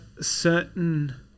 certain